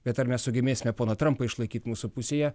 bet ar mes sugebėsime poną trampą išlaikyti mūsų pusėje